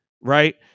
right